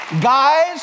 Guys